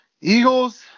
Eagles